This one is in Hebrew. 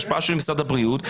ההשפעה של משרד הבריאות,